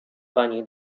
pani